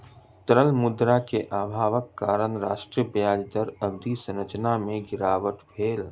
तरल मुद्रा के अभावक कारण राष्ट्रक ब्याज दर अवधि संरचना में गिरावट भेल